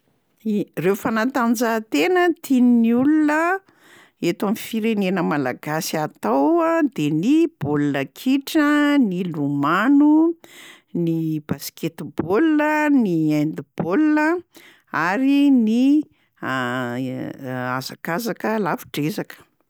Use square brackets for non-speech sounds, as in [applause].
I- reo fanatanjahantena tian'ny olona eto amin'ny firenena malagasy atao a de ny baolina kitra, ny lomano, ny basketball, ny handball ary ny [hesitation] hazakazaka lavitr'ezaka.